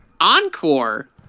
Encore